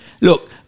Look